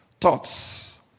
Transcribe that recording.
thoughts